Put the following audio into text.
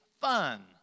fun